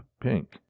pink